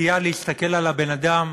נטייה להסתכל על הבן-אדם